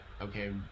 okay